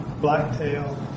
Blacktail